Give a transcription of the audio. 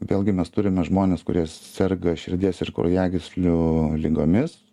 vėlgi mes turime žmones kurie serga širdies ir kraujagyslių ligomis